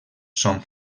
són